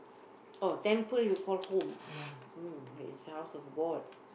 oh temple you call home ah oh that is house of god